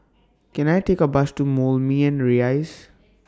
Can I Take A Bus to Moulmein Rise